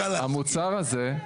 המוצר הזה,